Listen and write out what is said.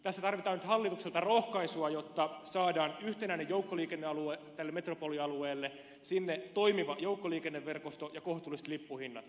tässä tarvitaan nyt hallitukselta rohkaisua jotta saadaan tälle metropolialueelle yhtenäinen joukkoliikennealue toimiva joukkoliikenneverkosto ja kohtuulliset lippuhinnat